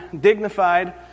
dignified